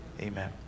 amen